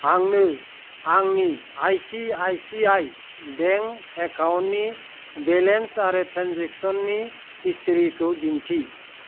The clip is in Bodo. आंनो आंनि आइ चि आइ चि आइ बेंक एकाउन्टनि बेलेन्स आरो ट्रेनजेक्सननि हिस्थ्रिखौ दिन्थि